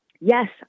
yes